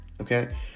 Okay